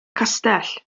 castell